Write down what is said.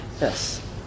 Yes